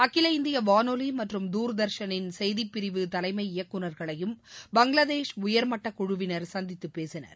அகில இந்திய வானொலி மற்றும் தூர்தர்ஷனின் செய்திப் பிரிவு தலைமை இயக்குநர்களையும் பங்களாதேஷ் உயர்மட்டக் குழுவினர் சந்தித்து பேசினர்